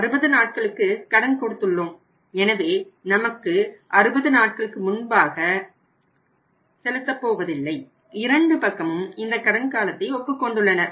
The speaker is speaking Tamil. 60 நாட்களுக்கு கடன் கொடுத்துள்ளோம் எனவே நமக்கு 60 நாட்களுக்கு முன்பாக செலுத்தப் போவதில்லை இரண்டு பக்கமும் இந்த கடன் காலத்தை ஒப்புக்கொண்டுள்ளனர்